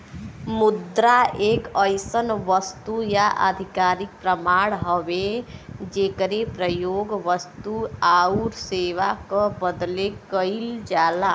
मुद्रा एक अइसन वस्तु या आधिकारिक प्रमाण हउवे जेकर प्रयोग वस्तु आउर सेवा क बदले कइल जाला